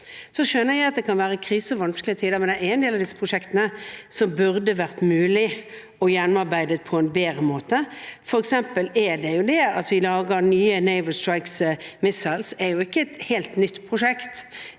Så skjønner jeg at det kan være krise og vanskelige tider, men en del av disse prosjektene burde det vært mulig å ha gjennomarbeidet på en bedre måte. For eksempel: Det at vi lager nye Naval Strike Missiles, er jo ikke et helt nytt prosjekt.